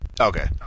Okay